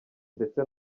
mbese